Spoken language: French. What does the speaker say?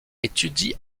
étudie